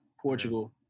Portugal